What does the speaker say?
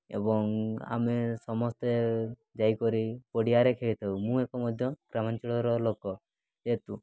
ଏବଂ ଆମେ ସମସ୍ତେ ଯାଇକରି ପଡ଼ିଆରେ ଖେଳିଥାଉ ମୁଁ ଏକ ମଧ୍ୟ ଗ୍ରାମାଞ୍ଚଳର ଲୋକ ଯେହେତୁ